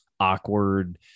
awkward